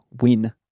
win